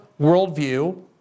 worldview